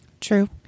True